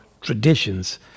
traditions